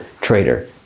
trader